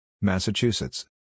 Massachusetts